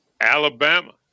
Alabama